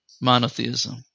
monotheism